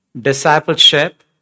discipleship